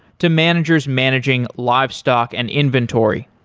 to managers managing livestock and inventory.